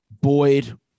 Boyd